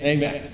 Amen